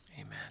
amen